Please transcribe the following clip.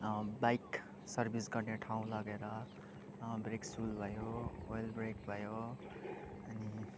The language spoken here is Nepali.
बाइक सर्भिस गर्ने ठाउँ लगेर ब्रेक सुल भयो ओएल ब्रेक भयो अनि